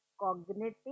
cognitive